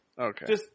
Okay